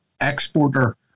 exporter